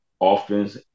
offense